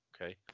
Okay